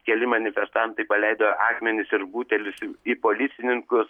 keli manifestantai paleido akmenis ir butelius į į policininkus